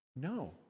no